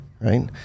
right